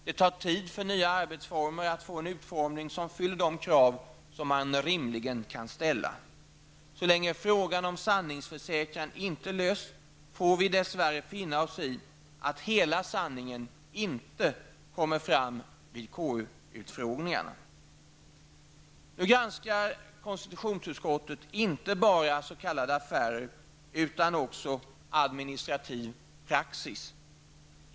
Det tar tid för nya arbetsformer att få en utformning som fyller de krav som man rimligen kan ställa så länge frågan om sanningsförsäkran inte lösts, får vi dess värre finna oss i att hela sanningen inte kommer fram vid Nu granskar konstitutionsutskottet inte bara s.k. affärer utan också administrativ praxis.